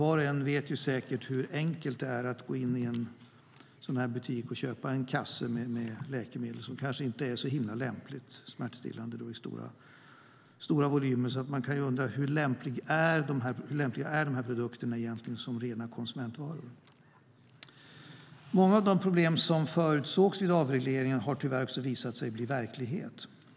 Var och en vet ju hur enkelt det är att gå in i en butik och köpa en kasse med till exempel smärtstillande läkemedel som kanske inte är så himla lämpliga. Man kan ju undra hur lämpliga dessa produkter är som rena konsumentvaror. Många av de problem som förutsågs vid avregleringen har tyvärr också visat sig bli verklighet.